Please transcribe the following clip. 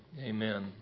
Amen